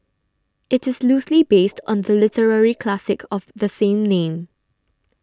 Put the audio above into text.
it is loosely based on the literary classic of the same name